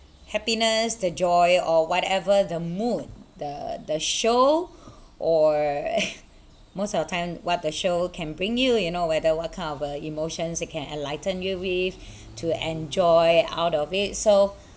happiness the joy or whatever the mood the the show or most of the time what the show can bring you you know whether what kind of emotions it can enlighten you with to enjoy out of it so